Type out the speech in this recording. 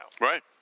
Right